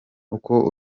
uko